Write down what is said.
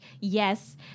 yes